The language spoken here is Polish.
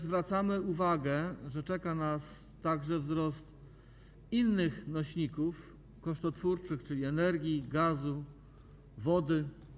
Zwracamy też uwagę na to, że czeka nas także wzrost cen innych nośników kosztotwórczych, czyli energii, gazu, wody.